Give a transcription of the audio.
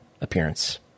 appearance